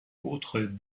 autres